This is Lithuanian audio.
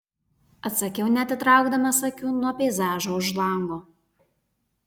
atsakiau neatitraukdamas akių nuo peizažo už lango